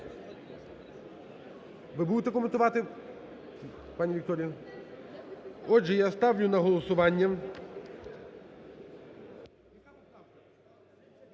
Ви будете коментувати, пані Вікторія? Отже, я ставлю на голосування